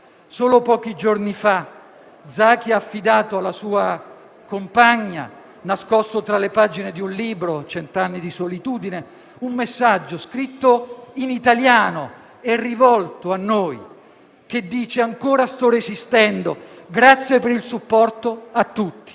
Solo pochi giorni fa Zaki ha affidato alla sua compagna, nascosto tra le pagine di un libro, «Cent'anni di solitudine», un messaggio scritto in italiano e rivolto a noi, che dice: «Ancora sto resistendo. Grazie per il supporto a tutti».